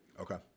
Okay